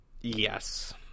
Yes